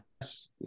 yes